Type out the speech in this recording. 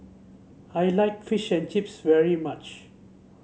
I like Fish and Chips very much